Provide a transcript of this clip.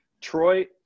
Troy